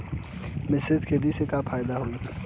मिश्रित खेती से का फायदा होई?